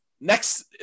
next